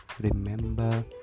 remember